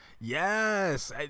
Yes